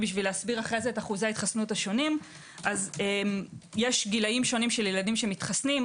יש גילאים שונים של ילדים שמתחסנים.